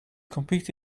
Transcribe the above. compete